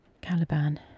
Caliban